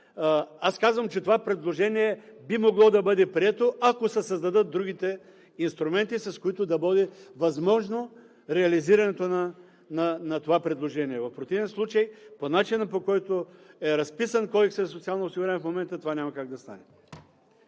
аз казвам, че това предложение би могло да бъде прието, ако се създадат другите инструменти, с които да бъде възможно реализирането на това предложение. В противен случай, по начина, по който е разписан Кодексът за социално осигуряване в момента, това няма как да стане.